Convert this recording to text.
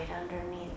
underneath